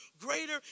greater